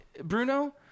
Bruno